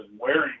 wearing